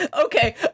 Okay